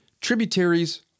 tributaries